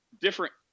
different